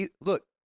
Look